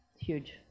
huge